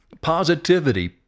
positivity